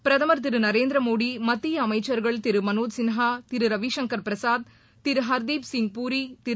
பிரதமர் திரு நரேந்திர மோடி மத்திய அமைச்சர்கள் திரு மனோஜ் சின்ஹா திரு ரவிசங்கர் பிரசாத் திரு ஹர்தீப் சிங் பூரி திரு